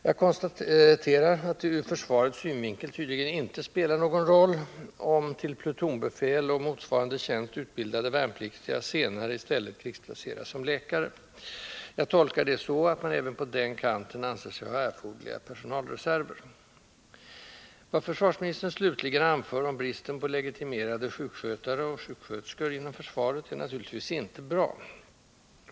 Jag konstaterar att det ur försvarets synvinkel tydligen inte spelar någon roll om till plutonbefäl och motsvarande tjänst utbildade värnpliktiga senare i stället krigsplaceras som läkare. Jag tolkar detta så att man även på den kanten anser sig ha erforderliga personalreserver. Vad försvarsministern slutligen anför om bristen på legitimerade sjukskötare och sjuksköterskor inom försvaret är naturligtvis inte bra.